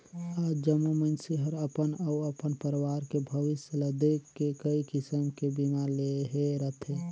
आज जम्मो मइनसे हर अपन अउ अपन परवार के भविस्य ल देख के कइ किसम के बीमा लेहे रथें